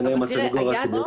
ביניהם הסנגוריה הציבורית.